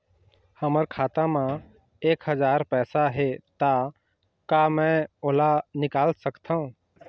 हमर खाता मा एक हजार पैसा हे ता का मैं ओला निकाल सकथव?